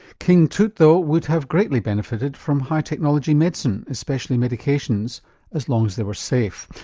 king tut though would have greatly benefited from high technology medicine especially medications as long as they were safe.